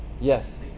Yes